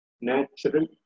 natural